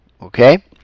Okay